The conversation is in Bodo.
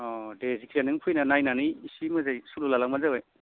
अह दे जिखिया नों फैना नायनानै एसे मोजाङै सुलु लालांबानो जाबाय